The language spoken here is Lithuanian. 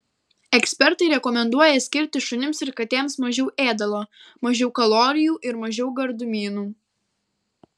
ekspertai rekomenduoja skirti šunims ir katėms mažiau ėdalo mažiau kalorijų ir mažiau gardumynų